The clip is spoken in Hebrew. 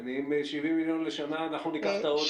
אם זה 70 מיליון לשנה, אנחנו ניקח את העודף.